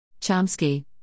Chomsky